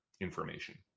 information